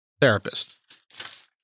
therapist